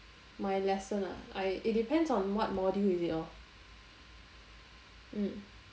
my lesson ah I it depends on what module is it lor mm